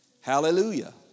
Hallelujah